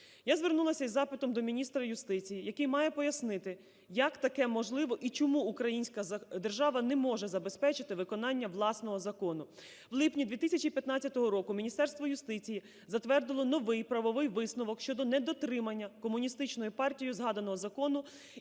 Я звернулася із запитом до міністра юстиції, який має пояснити, як таке можливе і чому українська держава не може забезпечити виконання власного закону. В липні 2015 року Міністерство юстиції затвердило новий правовий висновок щодо недотримання Комуністичною партією згаданого закону